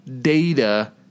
data